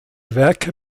werke